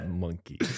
Monkey